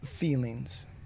feelings